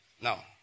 Now